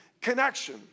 connection